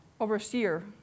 overseer